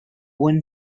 one